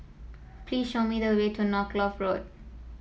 please show me the way to Norfolk Road